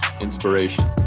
inspiration